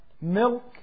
milk